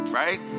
right